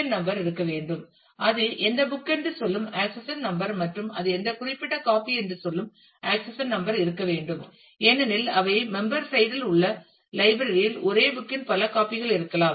என் number இருக்க வேண்டும் அது எந்த புக் என்று சொல்லும் ஆக்சஷன் நம்பர் மற்றும் அது எந்த குறிப்பிட்ட காபி என்று சொல்லும் ஆக்சஷன் நம்பர் இருக்க வேண்டும் ஏனெனில் அவை மெம்பர் சைட் இல் உள்ள லைப்ரரி இல் ஒரே புக் இன் பல காபிகள் இருக்கலாம்